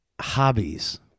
hobbies